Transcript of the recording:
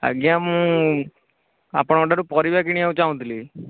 ଆଜ୍ଞା ମୁଁ ଆପଣଙ୍କ ଠାରୁ ପରିବା କିଣିବାକୁ ଚାହୁଁଥିଲି